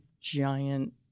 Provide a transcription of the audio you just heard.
giant